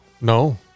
No